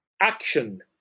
action